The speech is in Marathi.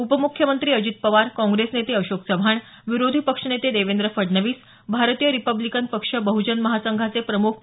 उपमुख्यमंत्री अजित पवार काँग्रेस नेते अशोक चव्हाण विरोधी पक्षनेते देवेंद्र फडणवीस भारतीय रिपब्लिकन पक्ष बहजन महासंघाचे प्रमुख अॅड